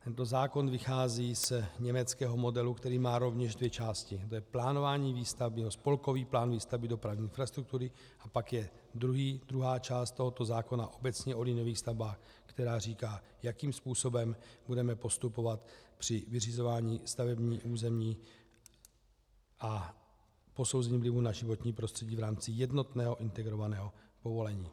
Tento zákon vychází z německého modelu, který má rovněž dvě části, to je plánování výstavby, spolkový plán výstavby dopravní infrastruktury, a pak je druhá část tohoto zákona obecně o liniových stavbách, která říká, jakým způsobem budeme postupovat při vyřizování stavebních území a posouzení vlivu na životní prostředí v rámci jednotného integrovaného povolení.